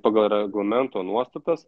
pagal reglamento nuostatas